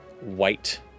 white